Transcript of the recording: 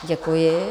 Děkuji.